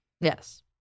Yes